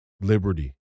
liberty